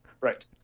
Right